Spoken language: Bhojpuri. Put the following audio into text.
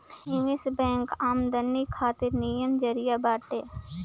निवेश बैंक आमदनी खातिर निमन जरिया बाटे